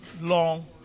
long